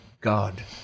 God